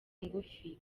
ngufi